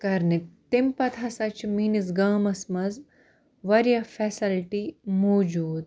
کَرنہِ تَمہِ پَتہٕ ہسا چھِ میٛٲنِس گامَس منٛز واریاہ فیسَلٹی موٗجوٗد